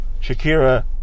Shakira